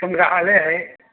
संग्रहालय है